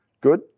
Good